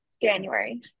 January